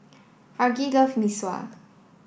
Argie loves Mee Sua